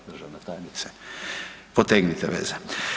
Državna tajnice potegnite veze.